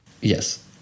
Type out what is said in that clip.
Yes